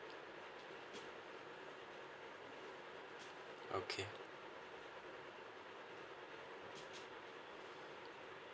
okay